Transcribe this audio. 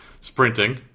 sprinting